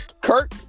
Kirk